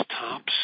tops